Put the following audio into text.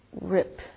rip